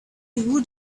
would